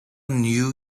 knew